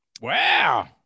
Wow